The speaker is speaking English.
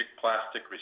plastic